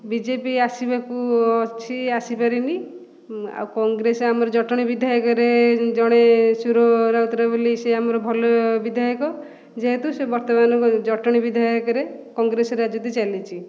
ବି J P ଆସିବାକୁ ଅଛି ଆସିପାରିନି ଆଉ କଂଗ୍ରେସ ଆମରି ଜଟଣୀ ବିଧାୟକରେ ଜଣେ ସୁର ରାଉତରାୟ ବୋଲି ସେ ଆମର ଭଲ ବିଧାୟକ ଯେହେତୁ ସେ ବର୍ତ୍ତମାନ ଜଟଣୀ ବିଧାୟକରେ କଂଗ୍ରେସ ରାଜୁତି ଚାଲିଛି